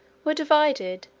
were divided,